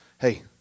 Hey